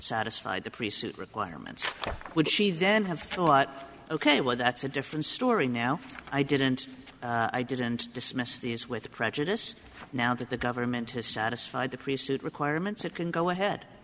satisfied the priests it requirements would she then have thought ok well that's a different story now i didn't i didn't dismiss these with prejudice now that the government has satisfied the priesthood requirements it can go ahead